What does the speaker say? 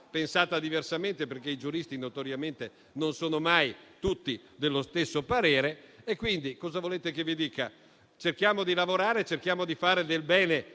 pensata diversamente, perché i giuristi notoriamente non sono mai tutti dello stesso parere. Quindi, cosa volete che vi dica? Cerchiamo di lavorare e di fare del bene